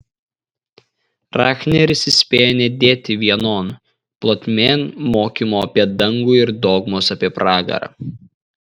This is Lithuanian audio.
rahneris įspėja nedėti vienon plotmėn mokymo apie dangų ir dogmos apie pragarą